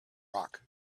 rock